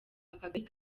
akagari